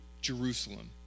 Jerusalem